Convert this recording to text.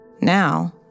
Now